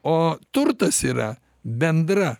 o turtas yra bendra